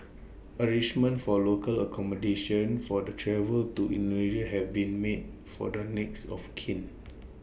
arrangements for local accommodation for the travel to Indonesia have been made for the next of kin